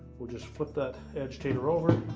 we'll just flip that agitator over,